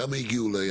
כמה הגיעו ליעד